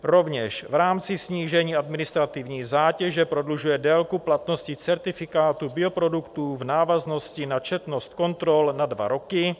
rovněž v rámci snížení administrativní zátěže prodlužuje délku platnosti certifikátu bioproduktů v návaznosti na četnost kontrol na dva roky;